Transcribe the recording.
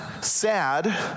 sad